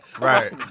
Right